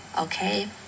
okay